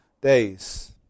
days